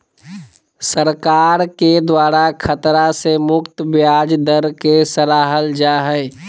सरकार के द्वारा खतरा से मुक्त ब्याज दर के सराहल जा हइ